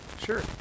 Sure